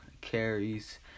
carries